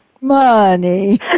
Money